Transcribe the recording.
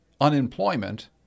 unemployment